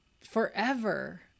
forever